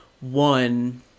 one